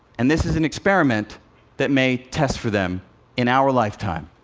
and this is an experiment that may test for them in our lifetime.